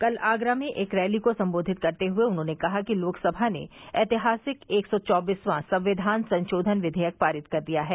कल आगरा में एक रैली को संबोधित करते हुए उन्होंने कहा कि लोकसभा ने ऐतिहासिक एक सौ चौबीसवां संवियान संशोधन विघेयक पारित कर दिया है